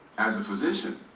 as a physician,